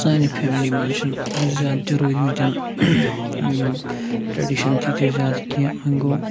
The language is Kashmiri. سانہِ فیملی منٛز چھِنہٕ زیادٕ تہِ روٗدۍ مٕتٮ۪ن یِم ٹریڈِشَن تیٖتیٛاہ زیادٕ کینٛہہ وۄنۍ گوٚو